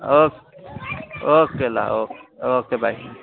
okay okay ल okay okay by